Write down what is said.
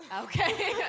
Okay